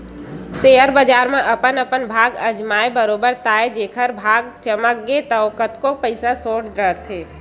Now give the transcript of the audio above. share बजार म अपन अपन भाग अजमाय बरोबर ताय जेखर भाग चमक गे ता कतको पइसा सोट डरथे